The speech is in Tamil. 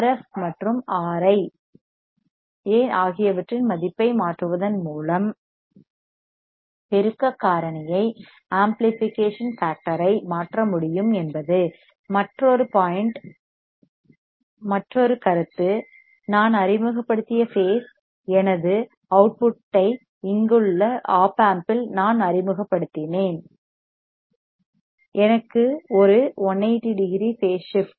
எஃப் RF மற்றும் ஆர் RI ஐ ஆகியவற்றின் மதிப்பை மாற்றுவதன் மூலம் பெருக்க காரணியை ஆம்ப்ளிபிஃகேஷன் ஃபேக்டர் ஐ மாற்ற முடியும் என்பது மற்றொரு பாயிண்ட் கருத்து நான் அறிமுகப்படுத்திய பேஸ் எனது அவுட்புட்டை இங்குள்ள ஒப் ஆம்பில் நான் அறிமுகப்படுத்தினேன் எனக்கு ஒரு 180 டிகிரி பேஸ் ஷிப்ட்